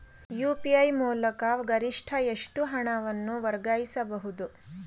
UPI ಮೂಲಕ ಗರಿಷ್ಠ ಎಷ್ಟು ಹಣವನ್ನು ವರ್ಗಾಯಿಸಬಹುದು?